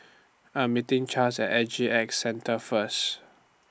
I'm meeting Charles At S G X Centre First